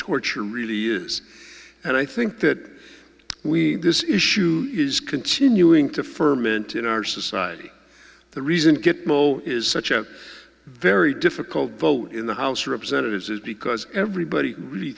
torture really use and i think that we this issue is continuing to ferment in our society the reason get mo is such a very difficult vote in the house of representatives is because everybody really